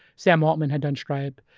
sam altman had done stripe.